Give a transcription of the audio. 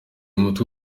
mutwe